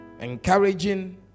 Encouraging